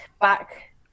back